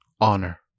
honor